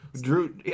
Drew